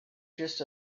just